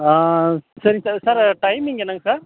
ஆ சரி sir sir timing என்னங்க sir